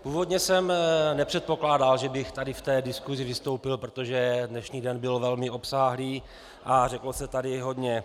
Původně jsem nepředpokládal, že bych tady v té diskusi vystoupil, protože dnešní den byl velmi obsáhlý a řeklo se tady hodně.